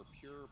pure